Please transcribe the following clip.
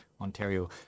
Ontario